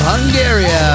Hungary